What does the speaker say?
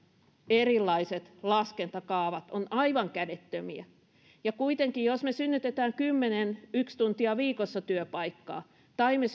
erilaiset laskentakaavat ovat aivan kädettömiä kuitenkin jos me synnytämme kymmenen yksi tuntia viikossa työpaikkaa tai me